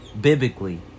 Biblically